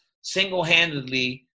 single-handedly